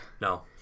No